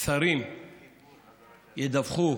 שרים דיווחו,